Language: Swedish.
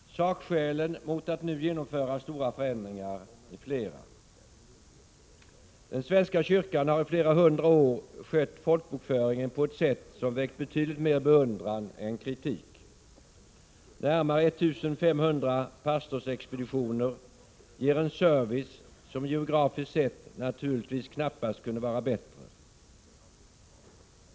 Sakskälen mot att nu genomföra stora förändringar är flera. Den svenska kyrkan har i flera hundra år skött folkbokföringen på ett sätt som väckt betydligt mer beundran än kritik. Närmare 1 500 pastorsexpeditioner ger en service som geografiskt sett naturligtvis knappast kunde vara bättre.